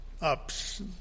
ups